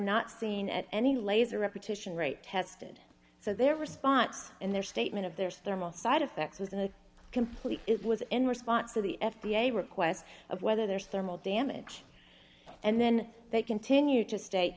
not seen at any laser repetition rate tested so their response in their statement of their thermal side effects was a complete it was in response to the f d a requests of whether there's thermal damage and then they continue to sta